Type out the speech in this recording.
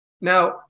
Now